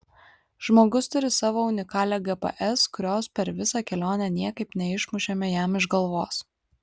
žmogus turi savo unikalią gps kurios per visą kelionę niekaip neišmušėme jam iš galvos